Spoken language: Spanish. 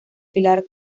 pilar